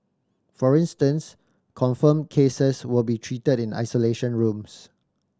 for instance confirmed cases will be treated in isolation rooms